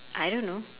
I don't know